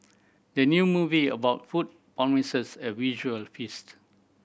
the new movie about food promises a visual feast